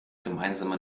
gemeinsame